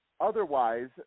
Otherwise